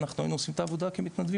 אנחנו היינו עושים את העבדוה כמתנדבים,